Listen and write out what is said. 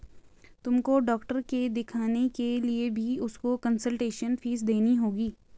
तुमको डॉक्टर के दिखाने के लिए भी उनको कंसलटेन्स फीस देनी होगी